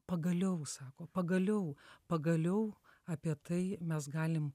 pagaliau sako pagaliau pagaliau apie tai mes galim